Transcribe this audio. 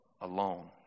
alone